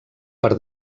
per